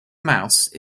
mouse